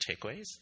takeaways